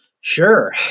Sure